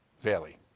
Valley